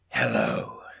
Hello